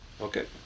Okay